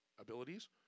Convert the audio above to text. abilities